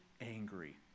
angry